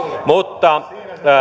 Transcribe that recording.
mutta